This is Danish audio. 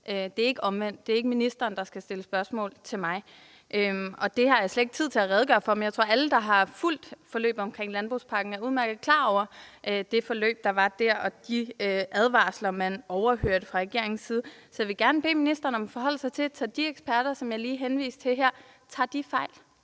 Det er ikke ministeren, der skal stille spørgsmål til mig. Jeg har slet ikke tid til at redegøre for det, men jeg tror, at alle, der fulgte forløbet omkring landbrugspakken, udmærket er klar over det forløb, der var der, og de advarsler, som man overhørte fra regeringens side. Så jeg vil gerne bede ministeren om at forholde sig til, om de eksperter, jeg lige henviste til her, tager fejl.